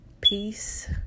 Peace